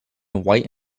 white